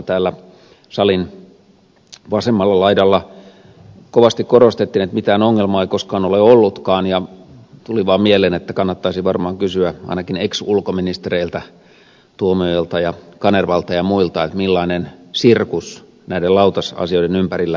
täällä salin vasemmalla laidalla kovasti korostettiin että mitään ongelmaa ei koskaan ole ollutkaan ja tuli vaan mieleen että kannattaisi varmaan kysyä ainakin ex ulkoministereiltä tuomiojalta ja kanervalta ja muilta millainen sirkus näiden lautasasioiden ympärillä käytiin